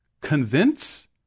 convince